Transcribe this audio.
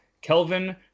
Kelvin